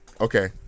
okay